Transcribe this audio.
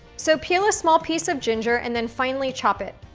so peel a small piece of ginger and then finely chop it.